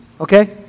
Okay